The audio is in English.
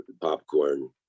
popcorn